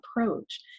approach